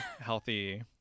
healthy